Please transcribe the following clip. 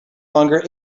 longer